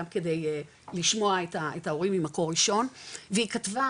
גם כדי לשמוע את ההורים ממקור ראשון והיא כתבה,